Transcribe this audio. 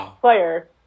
player